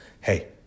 hey